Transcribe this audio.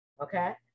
Okay